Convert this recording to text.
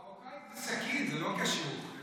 מרוקאי זה סכין, זה לא קשור.